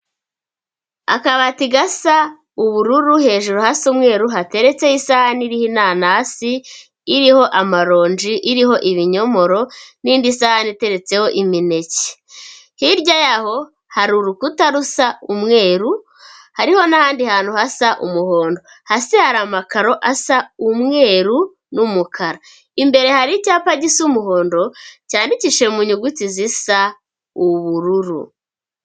Akabati gasa ubururu hejuru hasa umweru, hateretse isahani iriho inanasi, iriho amaronji, iriho ibinyomoro n'indi sahani iteretseho imineke, hirya yaho hari urukuta rusa umweru, hariho n'ahandi hantu hasa umuhondo, hasi hari amakaro asa umweru n'umukara, imbere hari icyapa gisa umuhondo, cyandikishije mu nyuguti zisa ubururu.